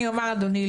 אדוני,